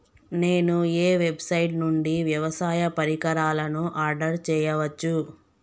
నేను ఏ వెబ్సైట్ నుండి వ్యవసాయ పరికరాలను ఆర్డర్ చేయవచ్చు?